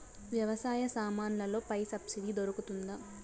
వ్యవసాయ సామాన్లలో పై సబ్సిడి దొరుకుతుందా?